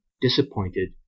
disappointed